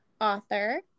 author